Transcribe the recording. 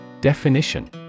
Definition